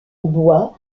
bois